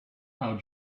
how